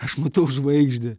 aš matau žvaigždę